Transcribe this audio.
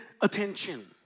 attention